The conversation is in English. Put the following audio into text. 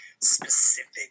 specific